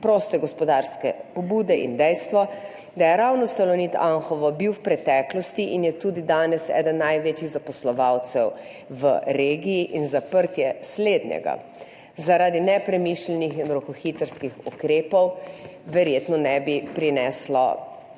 proste gospodarske pobude in dejstvo, da je ravno Salonit Anhovo bil v preteklosti in je tudi danes eden največjih zaposlovalcev v regiji in zaprtje slednjega zaradi nepremišljenih in rokohitrskih ukrepov verjetno ne bi prineslo